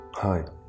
Hi